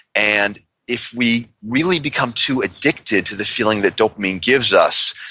and if we really become too addicted to the feeling that dopamine gives us,